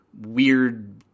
weird